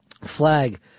flag